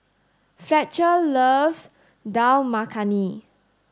Fletcher loves Dal Makhani